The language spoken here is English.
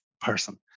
person